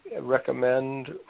recommend